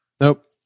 Nope